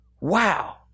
Wow